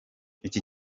iki